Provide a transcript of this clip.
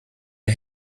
ihr